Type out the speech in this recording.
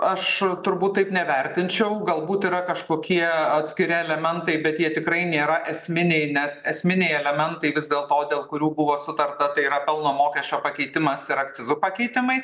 aš turbūt taip nevertinčiau galbūt yra kažkokie atskiri elementai bet jie tikrai nėra esminiai nes esminiai elementai vis dėlto dėl kurių buvo sutarta tai yra pelno mokesčio pakeitimas ir akcizų pakeitimai